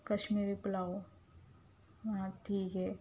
کشمیری پلاؤ ہاں ٹھیک ہے